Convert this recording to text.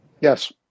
Yes